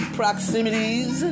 proximities